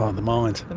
um the mines,